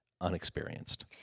unexperienced